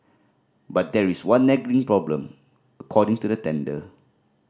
but there is one nagging problem according to the tender